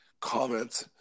comment